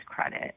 credit